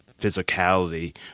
physicality